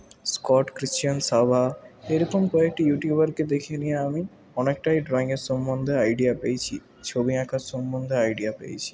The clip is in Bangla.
স্কট ক্রিসচান সাওয়া এইরকম কয়েকটি ইউটিউবারকে দেখে নিয়ে আমি অনেকটাই ড্রয়িঙের সম্বন্ধে আইডিয়া পেয়েছি ছবি আঁকার সম্বন্ধে আইডিয়া পেয়েছি